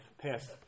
passed